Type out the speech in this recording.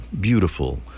beautiful